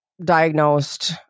diagnosed